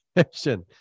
question